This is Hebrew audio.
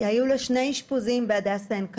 היו לה שני אשפוזים בהדסה עין כרם,